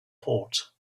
port